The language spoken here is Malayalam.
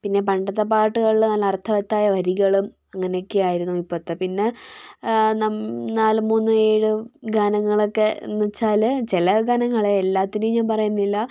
പിന്നെ പണ്ടത്തെ പാട്ടുകൾ നല്ല അർത്ഥവത്തായ വരികളും അങ്ങനെ ഒക്കെ ആയിരുന്നു ഇപ്പോഴത്തെ പിന്നെ നാലും മൂന്നും ഏഴ് ഗാനങ്ങൾ ഒക്കെ എന്നു വച്ചാൽ ചില ഗാനങ്ങളെ എല്ലാത്തിനേയും ഞാൻ പറയുന്നില്ല